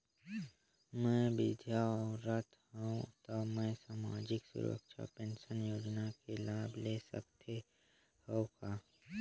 मैं विधवा औरत हवं त मै समाजिक सुरक्षा पेंशन योजना ले लाभ ले सकथे हव का?